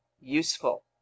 useful